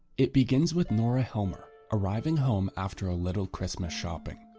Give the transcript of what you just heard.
it begins with nora helmer arriving home after a little christmas shopping.